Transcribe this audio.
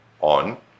on